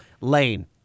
lane